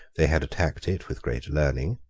they had attacked it with great learning,